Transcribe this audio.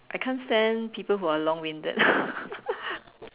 I can't stand people who are long winded